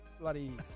bloody